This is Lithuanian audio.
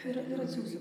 ir ir atsiųsiu